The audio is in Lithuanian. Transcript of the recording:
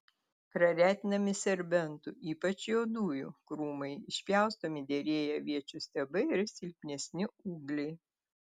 praretinami serbentų ypač juodųjų krūmai išpjaustomi derėję aviečių stiebai ir silpnesni ūgliai